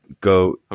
go